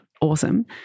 awesome